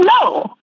no